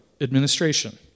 administration